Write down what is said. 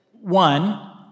one